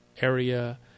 area